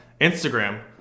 Instagram